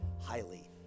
highly